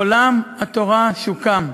עולם התורה שוקם.